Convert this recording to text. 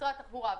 משרד התחבורה,